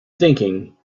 thinking